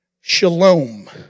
shalom